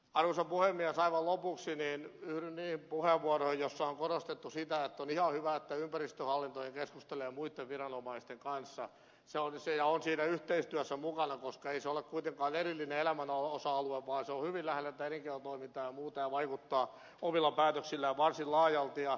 aivan lopuksi yhdyn niihin puheenvuoroihin joissa on korostettu sitä että on ihan hyvä että ympäristöhallinto keskustelee muitten viranomaisten kanssa ja on siinä yhteistyössä mukana koska ei se ole kuitenkaan erillinen elämän osa alue vaan se on hyvin lähellä elinkeinotoimintaa ja muuta ja vaikuttaa omilla päätöksillään varsin laajalti